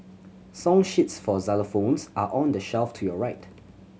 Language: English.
song sheets for xylophones are on the shelf to your right